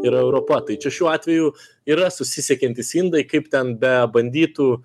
yra europa tai čia šiuo atveju yra susisiekiantys indai kaip ten be bandytų